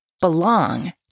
belong